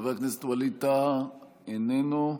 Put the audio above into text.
חבר הכנסת ווליד טאהא, איננו.